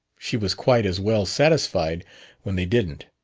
she was quite as well satisfied when they didn't.